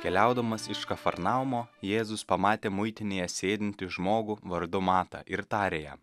keliaudamas iš kafarnaumo jėzus pamatė muitinėje sėdintį žmogų vardu matą ir tarė ją